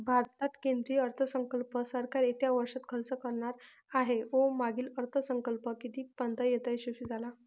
भारतात केंद्रीय अर्थसंकल्प सरकार येत्या वर्षात खर्च करणार आहे व मागील अर्थसंकल्प कितीपर्तयंत यशस्वी झाला